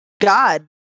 god